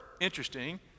interesting